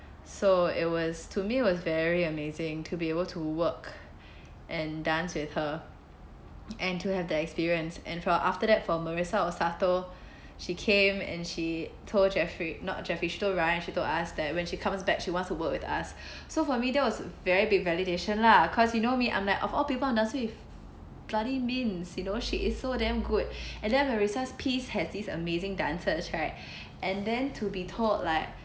so it was to me it was very amazing to be able to work and dance with her and to have that experience and for after that for merrisa she came and she told jeffrey not jeffrey she told ryan she told us that when she comes back she wants to work with us so for me that was very big validation lah cause you know me I'm like of all people on the street bloody mins you know she is so damn good and then merrisa's piece had these amazing dancers right and then to be told like